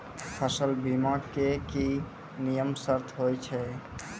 फसल बीमा के की नियम सर्त होय छै?